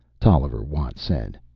tolliver watt said.